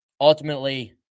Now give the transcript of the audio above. ultimately